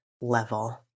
level